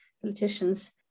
politicians